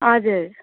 हजुर